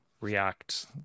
react